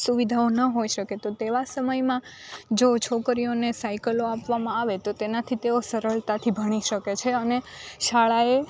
સુવિધાઓ ન હોઈ શકે તો તેવા સમયમાં જો છોકરીઓને સાયકલો આપવામાં આવે તો તેનાથી તેઓ સરળતાથી ભણી શકે છે અને શાળાએ